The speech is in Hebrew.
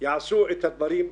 יעשו את הדברים שצריך.